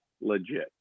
legit